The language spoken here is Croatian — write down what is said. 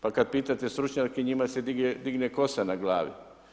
Pa kada pitate stručnjake njima se digne kosa na glavi.